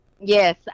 yes